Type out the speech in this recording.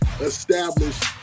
established